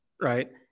Right